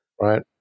right